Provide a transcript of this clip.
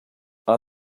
are